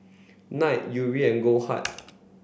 Knight Yuri and Goldheart